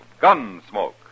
Gunsmoke